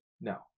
no